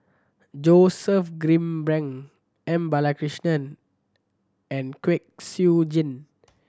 Joseph Grimberg M Balakrishnan and Kwek Siew Jin